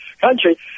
country